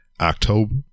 October